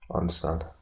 Understand